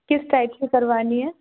किस टाइप की करवानी है